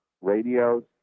radios